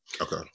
Okay